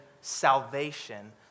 salvation